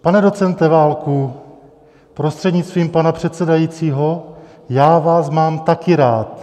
Pane docente Válku prostřednictvím pana předsedajícího, já vás mám taky rád.